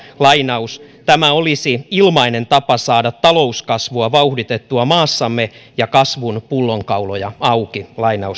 tämä olisi ilmainen tapa saada talouskasvua vauhditettua maassamme ja kasvun pullonkauloja auki